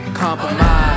compromise